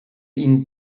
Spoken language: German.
ihnen